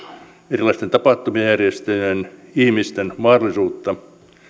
erilaisten tapahtumien järjestäjien ihmisten mahdollisuutta